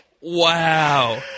Wow